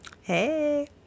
Hey